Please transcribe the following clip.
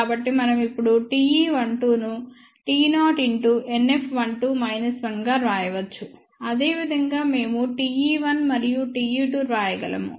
కాబట్టి మనం ఇప్పుడు Te12 ను T0 గా వ్రాయవచ్చు అదేవిధంగా మేము Te1మరియు Te2 వ్రాయగలము